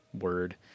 word